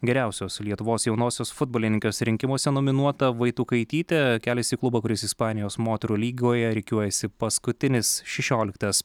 geriausios lietuvos jaunosios futbolininkės rinkimuose nominuota vaitukaitytė keliasi klubą kuris ispanijos moterų lygoje rikiuojasi paskutinis šešioliktas